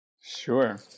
Sure